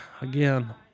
Again